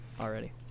already